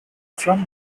from